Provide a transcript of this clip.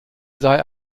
sei